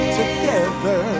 together